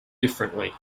differently